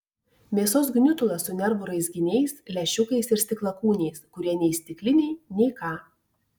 mėsos gniutulas su nervų raizginiais lęšiukais ir stiklakūniais kurie nei stikliniai nei ką